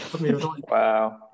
Wow